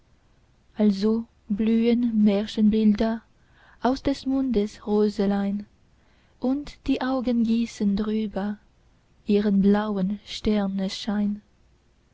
also blühen märchenbilder aus des mundes röselein und die augen gießen drüber ihren blauen